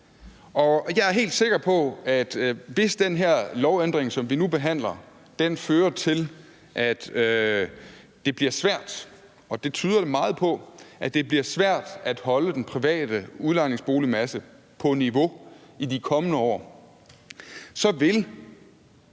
jeg er helt sikker på, at hvis den her lovændring, som vi nu behandler, fører til, at det bliver svært – og det tyder det meget på – at holde den private udlejningsboligmasse på niveau i de kommende år, så vil